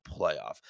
playoff